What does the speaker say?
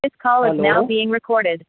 hello